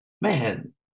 man